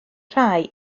rhai